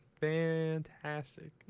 Fantastic